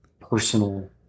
personal